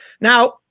Now